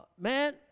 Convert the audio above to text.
man